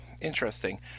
interesting